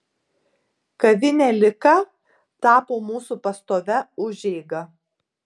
kavinė lika tapo mūsų pastovia užeiga